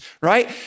right